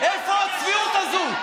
מאיפה הצביעות הזאת?